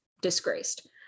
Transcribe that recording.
disgraced